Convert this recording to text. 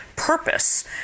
purpose